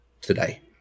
today